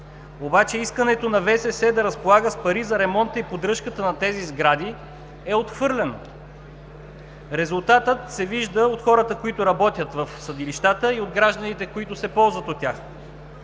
обаче искането на ВСС да разполага с пари за ремонти и поддръжката на тези сгради е отхвърлено. Резултатът се вижда от хората, които работят в съдилищата, и от гражданите, които се ползват от тях.